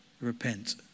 Repent